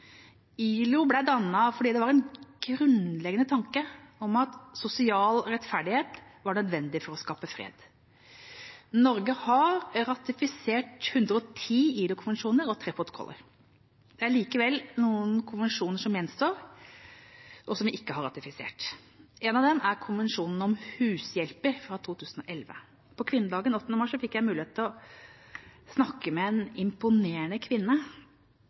ILO ble dannet fordi det var en grunnleggende tanke at sosial rettferdighet var nødvendig for å skape fred. Norge har ratifisert 110 ILO-konvensjoner og tre protokoller. Det gjenstår likevel noen konvensjoner som vi ikke har ratifisert. En av dem er konvensjonen om hushjelper, fra 2011. På kvinnedagen 8. mars fikk jeg muligheten til å snakke med en imponerende kvinne.